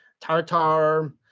tartar